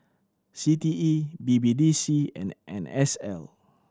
C T E B B D C and N S L